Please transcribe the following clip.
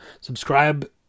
subscribe